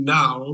now